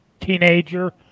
teenager